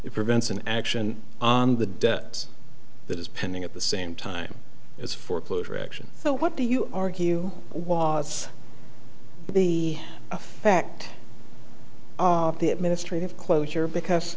it prevents an action on the debt that is pending at the same time as foreclosure action so what do you argue was the effect of the administrative closure because